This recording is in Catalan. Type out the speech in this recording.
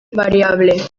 variable